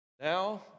Now